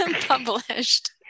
published